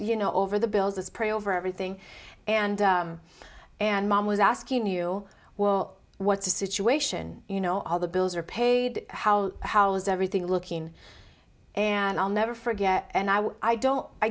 you know over the bills is pray over everything and and mom was asking you well what's the situation you know all the bills are paid how how's everything looking and i'll never forget and i was i don't i